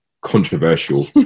controversial